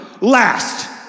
last